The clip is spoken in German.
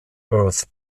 earth